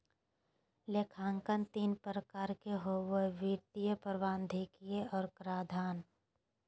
लेखांकन तीन प्रकार के होबो हइ वित्तीय, प्रबंधकीय और कराधान